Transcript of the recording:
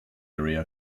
area